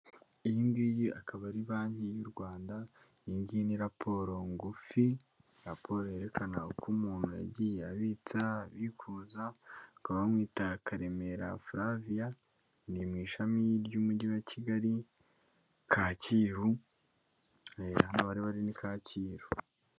Iyi ngiyi akaba ari banki y'u Rwanda, iyingiye ni raporo ngufi, raporo yerekana uko umuntu yagiye abitsa, abikuza bamwita KAREMERA Flavia, ni mu ishami ry'umujyi wa Kigali Kacyiru hano bari bari ni Kacyiru.